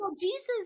Jesus